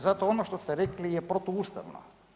Zato ono što ste rekli je protuustavno.